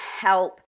help